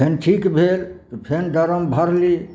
तहन ठीक भेल तऽ फेन ड्राम भरली